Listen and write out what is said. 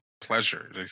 pleasure